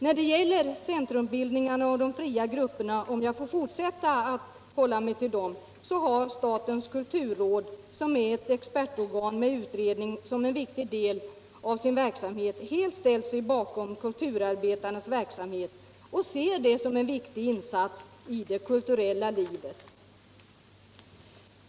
När det gäller centrumbildningarna och de fria grupperna - om jag får fortsätta att hålla mig till dem — så har statens kulturråd, som är expertorgan med utredning som en viktig del av sin verksamhet, helt ställt sig bakom kulturarbetarnas verksamhet och ser den som en viktig insats i det kulturella livet.